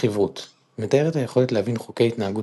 חיברות - מתאר את היכולת להבין חוקי התנהגות